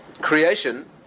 creation